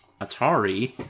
atari